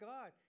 God